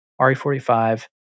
RE45